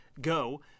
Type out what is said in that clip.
go